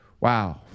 wow